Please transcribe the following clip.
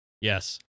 Yes